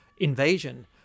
invasion